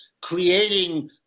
creating